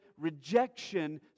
rejection